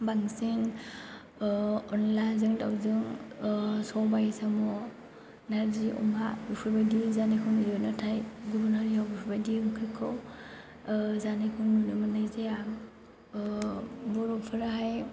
बांसिन अनलाजों दावजों सबाय साम' नार्जि अमा बेफोर बायदि जानायखौ नुयो नाथाय गुबुन हारियाव बेफोरबायदि ओंख्रिखौ जानायखौ नुनो मोननाय जाया बर'फोरा हाय